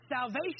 salvation